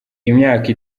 imyaka